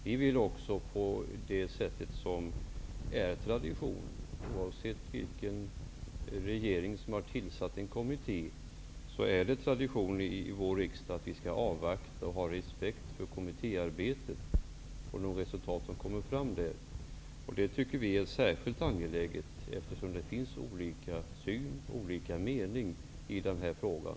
Vi vill också på det sätt som är tradition i vår riksdag, oavsett vilken regering som har tillsatt en kommitté, avvakta och ha respekt för kommittéarbetet och de resultat som kommer fram. Det tycker vi är särskilt angeläget eftersom det finns olika syn och olika mening i den här frågan.